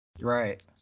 Right